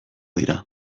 dira